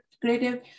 creative